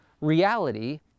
reality